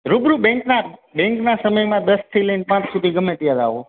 રૂબરૂ બેન્કના બેન્કના સમયમાં દસથી લઈને પાંચ સુધી ગમે ત્યારે આવો